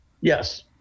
Yes